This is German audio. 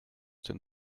den